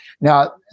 Now